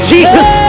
Jesus